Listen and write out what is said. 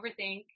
overthink